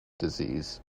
disease